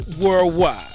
worldwide